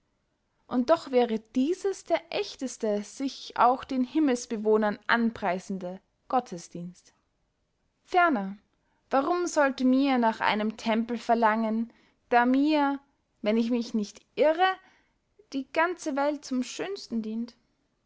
und doch wäre dieses der ächteste sich auch den himmelsbewohnern anpreisende gottesdienst ferner warum sollte mir nach einem tempel verlangen da mir wenn ich mich nicht irre die ganze welt zum schönsten dient